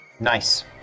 Nice